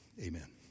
Amen